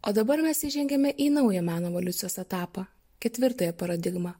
o dabar mes įžengiame į naują meno evoliucijos etapą ketvirtąją paradigmą